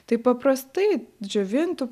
taip paprastai džiovintų